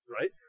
Right